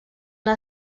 una